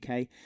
UK